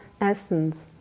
essence